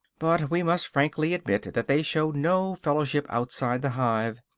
but we must frankly admit that they show no fellowship outside the hive,